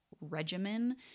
regimen